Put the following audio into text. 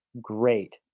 great